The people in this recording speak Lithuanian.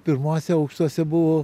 pirmuose aukštuose buvo